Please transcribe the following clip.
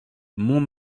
mont